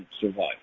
survive